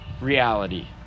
reality